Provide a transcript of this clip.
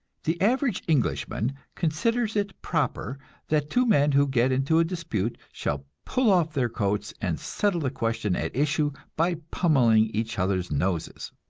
the average englishman considers it proper that two men who get into a dispute shall pull off their coats, and settle the question at issue by pummeling each other's noses.